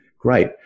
great